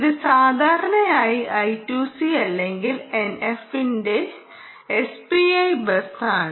ഇത് സാധാരണയായി I2C അല്ലെങ്കിൽ NF ന്റെ SPI ബസ് ആണ്